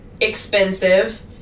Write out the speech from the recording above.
expensive